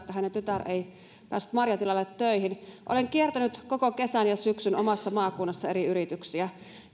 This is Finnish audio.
siitä että hänen tyttärensä ei päässyt marjatilalle töihin että olen kiertänyt koko kesän ja syksyn omassa maakunnassani eri yrityksiä